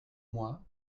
moi